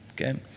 okay